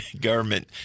government